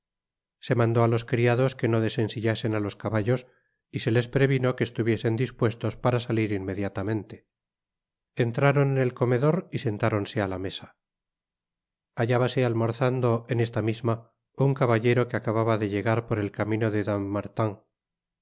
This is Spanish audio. se mandó á los criados que no desensillasen á los caballos y se les previno que estuviesen dispuestos para salir inmediatamente entraron en el comedor y sentáronse á la mesa hallábase almorzando en esta misma un caballero que acababa de llegar por el camino de dampmartin